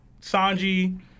Sanji